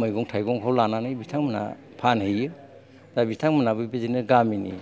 मैगं थाइगंखौ लानानै बिथांमोनहा फानहैयो दा बिथां मोनाबो बिदिनो गामिनि